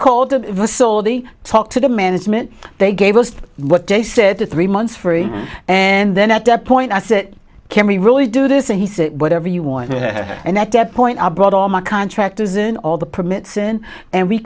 saudi talked to the management they gave us what they said to three months free and then at that point as it can we really do this and he said whatever you want and at that point i brought all my contractors in all the permits and and we